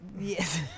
Yes